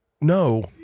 No